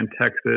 Texas